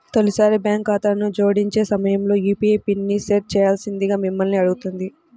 తొలిసారి బ్యాంక్ ఖాతాను జోడించే సమయంలో యూ.పీ.ఐ పిన్ని సెట్ చేయాల్సిందిగా మిమ్మల్ని అడుగుతుంది